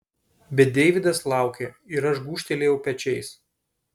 bet deividas laukė ir aš gūžtelėjau pečiais